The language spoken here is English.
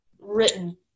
written